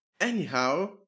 Anyhow